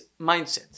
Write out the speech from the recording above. mindset